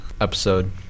episode